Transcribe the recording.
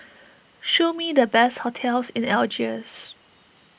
show me the best hotels in Algiers